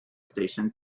station